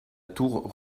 tour